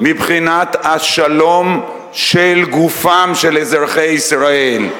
מבחינת השלום של גופם של אזרחי ישראל.